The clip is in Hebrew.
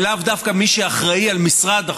ולאו דווקא כמי שאחראי למשרד החוץ,